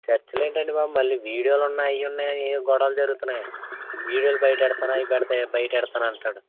చర్చలేంటండి బాబు మళ్ళీ వీడియోలు ఉన్నాయి అవి ఉన్నాయి అని గొడవలు జరుగుతున్నాయి వీడియో బయట యెడతున్నాను అది బయట పెడతున్నానని అంటున్నాడు